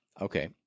Okay